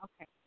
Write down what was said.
Okay